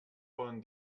poden